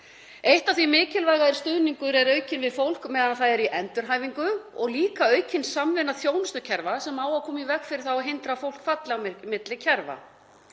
Eitt af því mikilvæga er að stuðningur er aukinn við fólk meðan það er í endurhæfingu og líka aukin samvinna þjónustukerfa sem á að koma í veg fyrir það og hindra að fólk falli á milli kerfa.